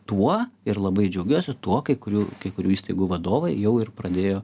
tuo ir labai džiaugiuosi tuo kai kurių kai kurių įstaigų vadovai jau ir pradėjo